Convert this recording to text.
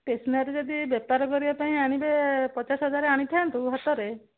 stationery ଯଦି ବେପାର କରିବା ପାଇଁ ଆଣିବେ ପଚାଶ ହଜାର ଆଣିଥାନ୍ତୁ ହାତରେ